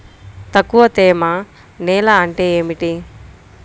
తక్కువ తేమ నేల అంటే ఏమిటి?